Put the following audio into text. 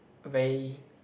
very